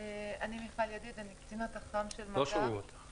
אני קצינת הח"מ של